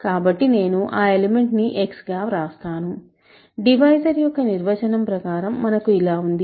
కాబట్టి నేను ఆ ఎలిమెంట్ ని x గా వ్రాస్తాను డివైజర్యొక్క నిర్వచనం ప్రకారం మనకు ఇలా ఉంది